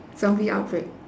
zombie outbreak